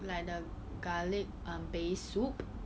like the garlic um base soup